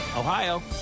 Ohio